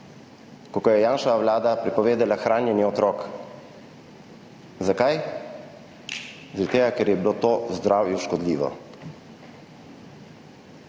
kako je Janševa vlada prepovedala hranjenje otrok. Zakaj? Zaradi tega, ker je bilo to zdravju škodljivo.